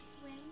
swim